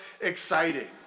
exciting